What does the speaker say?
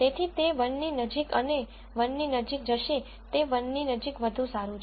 તેથી તે 1 ની નજીક અને 1 ની નજીક જશે તે 1 ની નજીક વધુ સારું છે